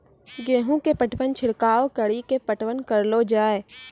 गेहूँ के पटवन छिड़काव कड़ी के पटवन करलो जाय?